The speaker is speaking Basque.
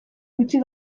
gutxi